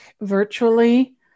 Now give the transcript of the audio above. virtually